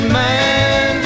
man